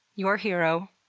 your hero,